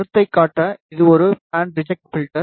கருத்தைக் காட்ட இது ஒரு பேண்ட் ரிஜெக்ட் பில்டர்